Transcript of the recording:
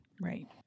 Right